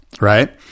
right